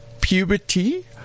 puberty